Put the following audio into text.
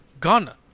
Ghana